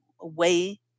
away